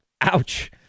Ouch